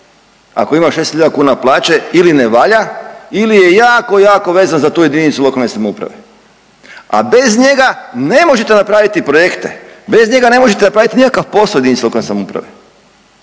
ako ima 6 hiljada kuna plaće ili ne valjda ili je jako, jako vezan za tu jedinicu lokalne samouprave, a bez njega ne možete napraviti projekte, bez njega ne možete napraviti nikakav posao u jedinici lokalne samouprave.